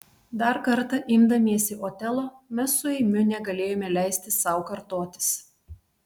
dar kartą imdamiesi otelo mes su eimiu negalėjome leisti sau kartotis